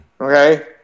Okay